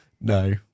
No